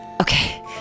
okay